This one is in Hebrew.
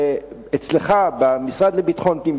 ואצלך במשרד לביטחון פנים,